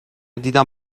دیدم